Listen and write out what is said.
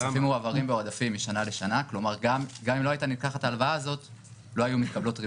מזומן שנלקח לאוצר הומר להרשאה להתחייב